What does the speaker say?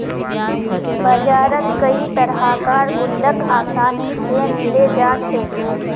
बजारत कई तरह कार गुल्लक आसानी से मिले जा छे